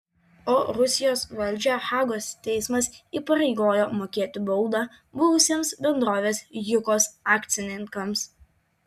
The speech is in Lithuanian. o rusijos valdžią hagos teismas įpareigojo mokėti baudą buvusiems bendrovės jukos akcininkams